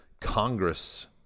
Congress